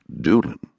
Doolin